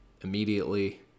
Immediately